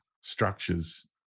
structures